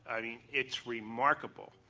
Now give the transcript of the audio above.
i mean it's remarkable.